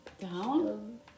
Down